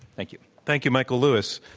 thank you. thank you, michael lewis.